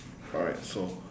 alright so